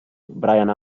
bryan